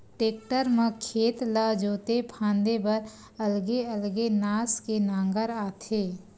tractor म खेत ला जोते फांदे बर अलगे अलगे नास के नांगर आथे